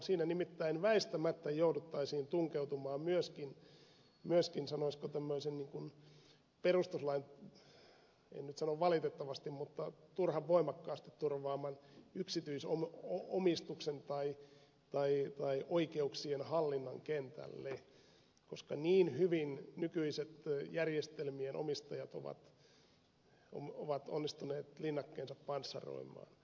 siinä nimittäin väistämättä jouduttaisiin tunkeutumaan myöskin sanoisiko perustuslain en nyt sano valitettavasti mutta turhan voimakkaasti turvaaman yksityisomistuksen tai oikeuksien hallinnan kentälle koska niin hyvin nykyiset järjestelmien omistajat ovat onnistuneet linnakkeensa panssaroimaan